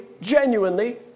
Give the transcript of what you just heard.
genuinely